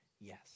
Yes